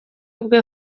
bwe